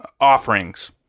offerings